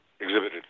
exhibited